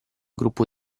gruppo